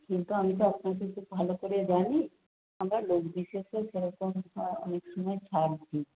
কিন্তু আমি তো আপনাকে খুব ভালো করে জানি আমরা লোক বিশেষে সেরকম অনেক সময় ছাড় দিই